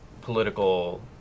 political